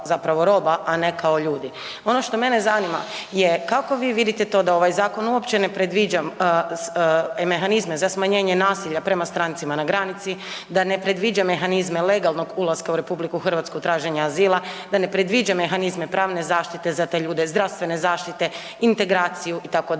Ono što mene zanima je kako vi vidite to da ovaj zakon uopće ne predviđa mehanizme za smanjenje nasilja prema strancima na granici, da ne predviđa mehanizme legalnog ulaska u RH, traženja azila, da ne predviđa mehanizme pravne zaštite za te ljude, zdravstvene zaštite, integraciju, itd.,